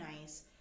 nice